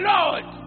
Lord